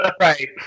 right